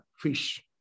fish